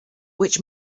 which